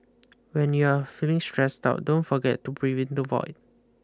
when you are feeling stressed out don't forget to brave into the void